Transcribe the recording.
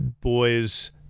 boys